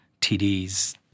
TDs